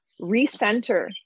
recenter